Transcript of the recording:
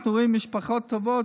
אנחנו רואים משפחות טובות,